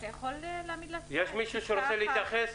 יש מישהו שרוצה להתייחס?